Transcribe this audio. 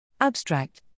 Abstract